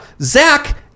Zach